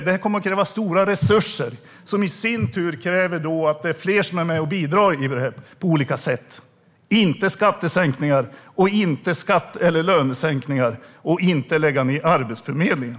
Det kommer att kräva stora resurser som i sin tur kräver att fler är med och bidrar på olika sätt - inte skattesänkningar eller lönesänkningar och inte att lägga ned Arbetsförmedlingen!